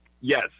Yes